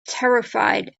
terrified